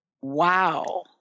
Wow